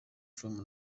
from